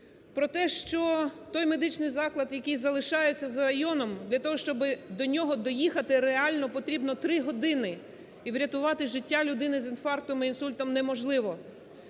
про те, що той медичний заклад, який залишається за районом, для того, щоби до нього доїхати реально потрібно три години. І врятувати життя людини з інфарктом і інсультом неможливо.